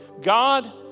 God